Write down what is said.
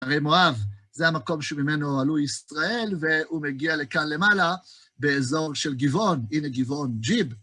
הרי מואב, זה המקום שממנו עלו ישראל, והוא מגיע לכאן למעלה, באזור של גבעון, הנה גבעון ג'יב.